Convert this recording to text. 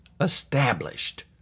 Established